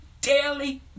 daily